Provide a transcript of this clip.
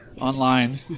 Online